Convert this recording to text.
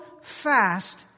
fast